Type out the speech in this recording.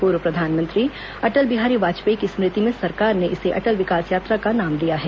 पूर्व प्रधानमंत्री अटल बिहारी वाजपेयी की स्मृति में सरकार ने इसे अटल विकास यात्रा का नाम दिया है